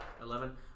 Eleven